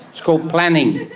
it's called planning.